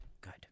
Good